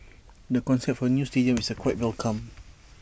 the concept of A new stadium is quite welcome